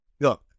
look